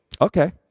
Okay